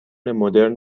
مدرن